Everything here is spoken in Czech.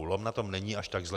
LOM na tom není až tak zle.